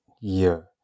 year